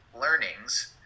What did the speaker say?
learnings